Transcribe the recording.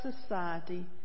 society